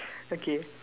okay